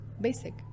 Basic